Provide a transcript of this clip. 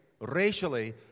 racially